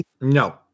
No